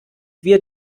wir